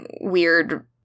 weird